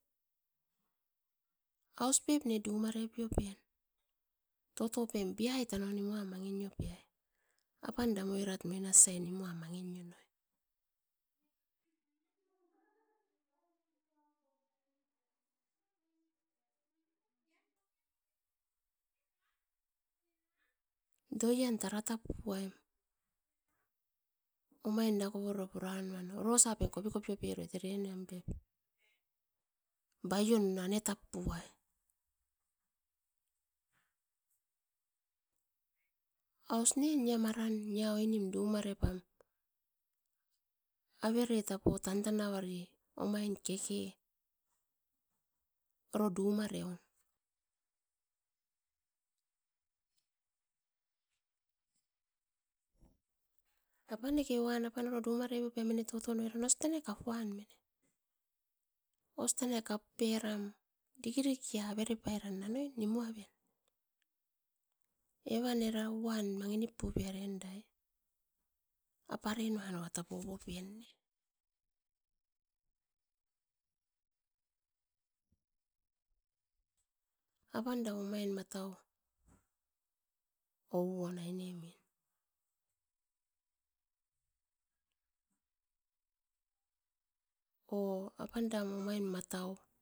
Aus pep ne dumare piopen, toto pen biai tanau nimuan peai. Apan eram oirat moi nasiai nimuan mangini manginio onoi. Doian tara tap puaim, omain era kopo rio nono sipan, orosan kopi kopiope roit eran pep bavion ane tap puai. Aus ne nia maran oinom dumare pam avere tan tanaviri omain kekei oro dumareun, apaneke wan mine toton os tanai kapuan, os tanai kap peram dikirikia avere pairan na noi nimu aven. Evan era ouan mangi nip pupe ai era, apa rena noa tapo ouopen ne-apan eram omain matau ouon aine min, o apanda omain matau.